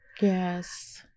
Yes